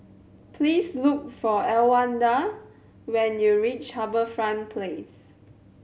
please look for Elwanda when you reach HarbourFront Place